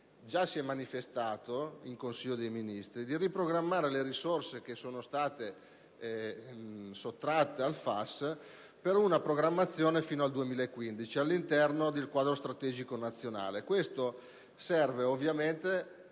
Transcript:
già manifestatosi in sede di Consiglio dei ministri) a riprogrammare le risorse che sono state sottratte al FAS per una programmazione fino al 2015 all'interno del Quadro strategico nazionale. Ciò è finalizzato ovviamente